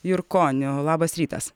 jurkoniu labas rytas